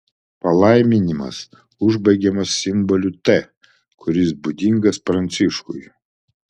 palaiminimas užbaigiamas simboliu t kuris būdingas pranciškui